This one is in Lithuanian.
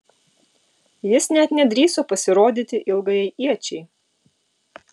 jis net nedrįso pasirodyti ilgajai iečiai